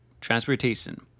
transportation